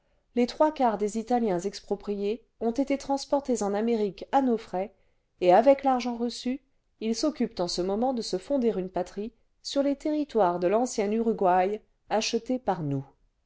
les trois quarts des italiens expropriés ont été transportés en amérique à nos frais et avec l'argent reçu ils s'occupent en ce moment de se fonder une patrie sur les territoires de l'ancien uruguay achetés par nous